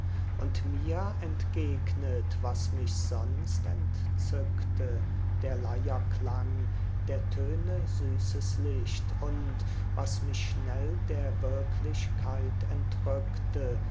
und mir entgegnet was mich sonst entzückte der leier klang der töne süßes licht und was mich schnell der wirklichkeit entrückte